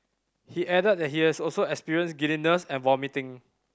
he added that he has also experienced giddiness and vomiting